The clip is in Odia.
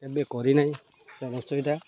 କେବେ କରି ନାହିଁ ସେ ରେସିପିଟା